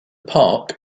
park